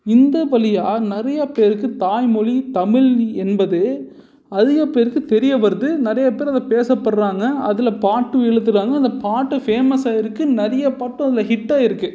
இந்த வழியாக நிறையா பேருக்கு தாய்மொழி தமிழ் என்பது அதிக பேருக்கு தெரிய வருது நிறைய பேர் அதை பேசப்படுகிறாங்க அதில் பாட்டும் எழுதுகிறாங்க அந்த பாட்டும் ஃபேமஸ் ஆகிருக்கு நிறைய பாட்டும் அதில் ஹிட் ஆகிருக்கு